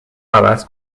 عوض